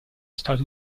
stato